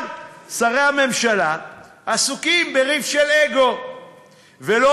אבל שרי הממשלה עסוקים בריב של אגו ולא